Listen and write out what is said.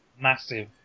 massive